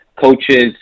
coaches